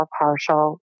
partial